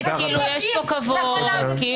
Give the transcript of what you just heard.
הוא לא מוזמן.